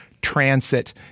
transit